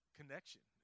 connection